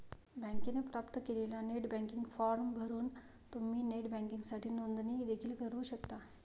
बँकेने प्राप्त केलेला नेट बँकिंग फॉर्म भरून तुम्ही नेट बँकिंगसाठी नोंदणी देखील करू शकता